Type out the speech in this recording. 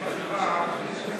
בחברה הערבית.